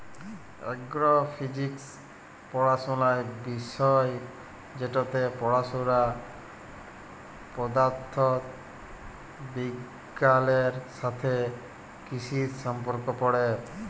এগ্র physics পড়াশলার বিষয় যেটতে পড়ুয়ারা পদাথথ বিগগালের সাথে কিসির সম্পর্ক পড়ে